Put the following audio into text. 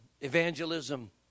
evangelism